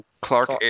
Clark